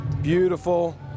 beautiful